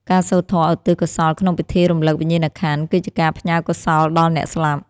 ការសូត្រធម៌ឧទ្ទិសកុសលក្នុងពិធីរំលឹកវិញ្ញាណក្ខន្ធ គឺជាការផ្ញើកុសលដល់អ្នកស្លាប់។